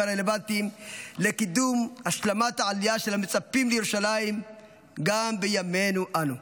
הרלוונטיים לקידום השלמת העלייה של המצפים לירושלים גם בימינו אנו.